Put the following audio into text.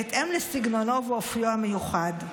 בהתאם לסגנונו ולאופיו המיוחד.